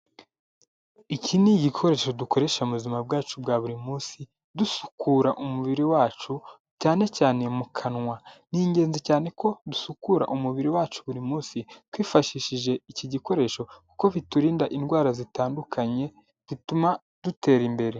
Iki ni igikoresho dukoresha mu buzima bwacu bwa buri munsi dusukura umubiri wacu cyane cyane mu kanwa ni ingenzi cyane ko dusukura umubiri wacu buri munsi twifashishije iki gikoresho kuko biturinda indwara zitandukanye dutuma dutera imbere.